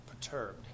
perturbed